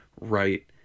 right